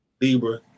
Libra